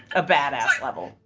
a badass level